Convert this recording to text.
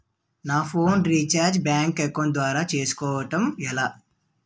నా phone recharge bank account ద్వారా చేసుకోవటం ఎలా?